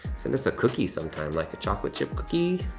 send us a cookie sometime like a chocolate chip cookie.